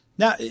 Now